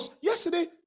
yesterday